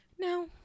Now